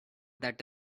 that